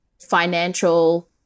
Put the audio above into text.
financial